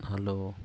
hello